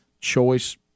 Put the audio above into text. choice